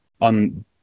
on